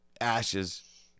ashes